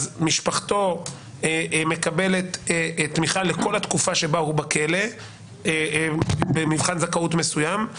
אז משפחתו מקבלת תמיכה לכל התקופה שבה הוא בכלא במבחן זכאות מסוים,